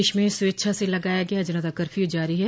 प्रदेश में स्वेच्छा से लगाया गया जनता कर्फ्यू जारी है